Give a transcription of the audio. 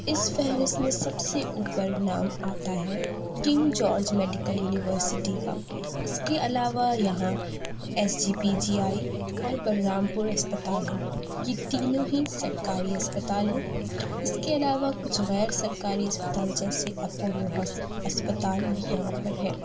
اس فہرست میں سب سے اوپر نام آتا ہے کنگ جارج میڈیکل یونیورسٹی کا اس کے علاوہ یہاں S G P G I اور بلرام پور اسپتال ہے یہ تینوں ہی سرکاری اسپتال ہیں اس کے علاوہ کچھ غیر سرکاری اسپتال جیسے اپولو اسپتال بھی یہاں پر ہے